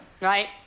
Right